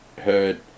heard